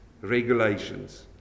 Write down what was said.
Regulations